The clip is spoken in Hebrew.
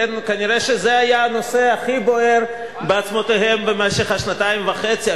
כנראה זה היה הנושא הכי בוער בעצמותיהם במשך השנתיים וחצי.